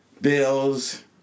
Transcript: bills